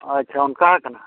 ᱟᱪᱪᱷᱟ ᱚᱱᱠᱟ ᱟᱠᱟᱱᱟ